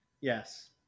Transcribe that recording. Yes